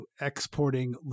exporting